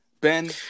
Ben